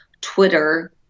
Twitter